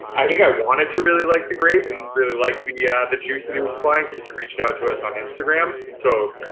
i think i wanted to really like the grape and really like yeah the juice that he was supplying cause he reached out to us on instagram. and so,